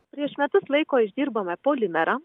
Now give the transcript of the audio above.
prieš metus laiko išdirbome polimerą